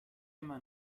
immer